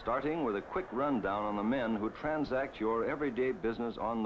starting with a quick rundown on the men who transact your everyday business on